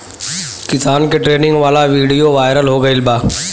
किसान के ट्रेनिंग वाला विडीओ वायरल हो गईल बा